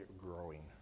growing